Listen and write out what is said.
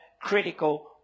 critical